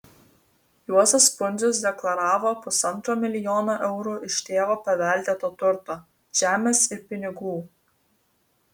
juozas pundzius deklaravo pusantro milijono eurų iš tėvo paveldėto turto žemės ir pinigų